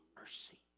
mercy